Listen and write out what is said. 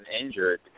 injured